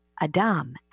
Adam